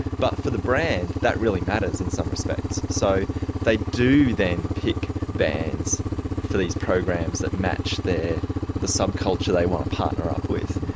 but for the brand, that really matters in some respects. so they do then pick bands for these programs that match the the sub-culture they want to partner up with,